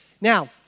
Now